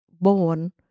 born